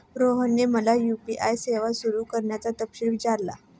रोहनने मला यू.पी.आय सेवा सुरू करण्याचा तपशील विचारला